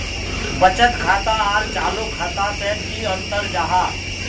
बचत खाता आर चालू खाता से की अंतर जाहा?